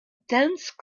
dense